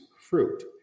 fruit